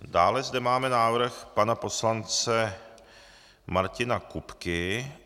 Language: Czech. Dále zde máme návrh pana poslance Martina Kupky.